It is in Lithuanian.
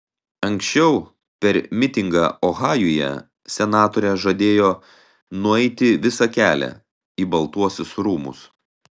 anksčiau per mitingą ohajuje senatorė žadėjo nueiti visą kelią į baltuosius rūmus